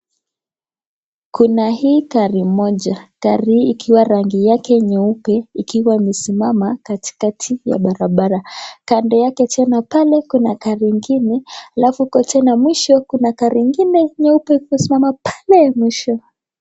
Kuna hii gari moja, gari hii ikiwa rangi yake nyeupe ikiwa imesimama katikati ya barabara. Kando yake tena pale kuna gari ngine, alafu tena mwisho kuna kari ingine nyeupe vimesimama pale ya mwisho.